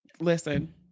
listen